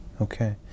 Okay